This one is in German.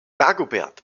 dagobert